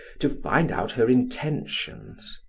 to find out her intentions.